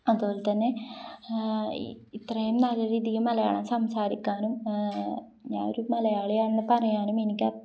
അതുപോലെ തന്നെ ഇത്രയും നല്ല രീതിയിൽ മലയാളം സംസാരിക്കാനും ഞാൻ ഒരു മലയാളിയാണെന്ന് പറയാനും എനിക്ക്